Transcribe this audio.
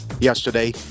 yesterday